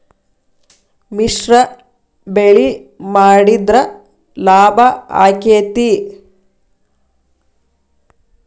ಮಿಶ್ರ ಬೆಳಿ ಮಾಡಿದ್ರ ಲಾಭ ಆಕ್ಕೆತಿ?